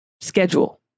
schedule